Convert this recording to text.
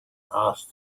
asked